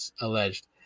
alleged